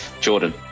Jordan